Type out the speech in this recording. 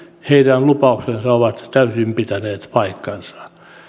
heidän lupauksensa ovat täysin pitäneet paikkansa